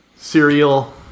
Cereal